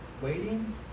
waiting